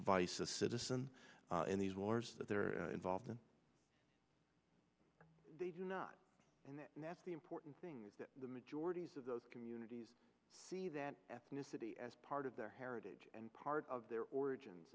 vice a citizen in these wars that they're involved in they do not and that the important thing is that the majorities of those communities see that ethnicity as part of their heritage and part of their origins